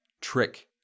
trick